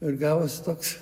ir gavosi toks